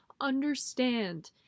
understand